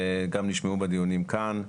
שגם נשמעו בדיונים כאן,